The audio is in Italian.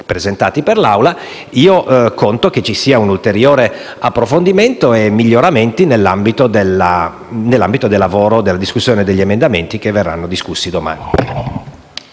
presentati per l'Assemblea, io conto che ci sia un ulteriore approfondimento e miglioramenti nell'ambito della discussione degli emendamenti che verranno esaminati domani.